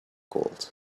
gold